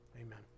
Amen